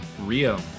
Rio